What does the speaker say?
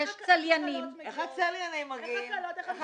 צליינים --- איך הצליינים מגיעים?